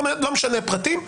לא משנה פרטים,